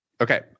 Okay